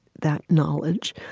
that knowledge,